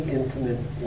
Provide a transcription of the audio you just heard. intimate